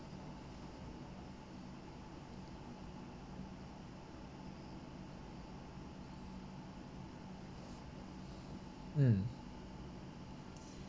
mm